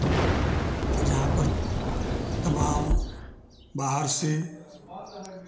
जहाँ पर तमाम बाहर से